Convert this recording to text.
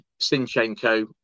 Sinchenko